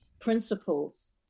principles